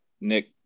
Nick